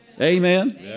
Amen